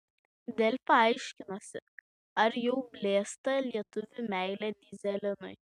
delfi aiškinosi ar jau blėsta lietuvių meilė dyzelinui